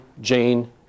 Jane